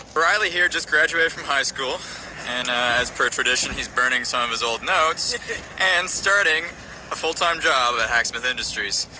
riley here just graduated from high school and as per tradition he's burning some of his old notes and starting a full-time job at hacksmith industries